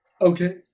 okay